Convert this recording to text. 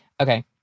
okay